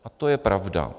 A to je pravda.